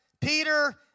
Peter